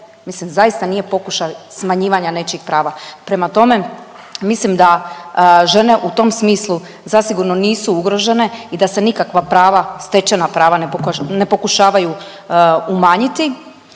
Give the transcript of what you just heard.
zaista nije pokušaj smanjivanja nečijih prava. Prema tome mislim da žene u tom smislu zasigurno nisu ugrožene i da se nikakva prava, stečena prava ne pokušavaju umanjiti,